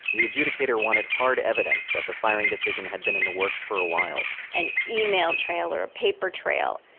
the adjudicator wanted hard evidence that the firing decision had been in the works for a while an e-mail e-mail trail or a paper trail.